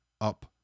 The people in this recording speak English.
up